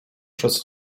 przez